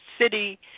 City